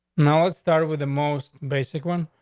now, let's start with the most basic one,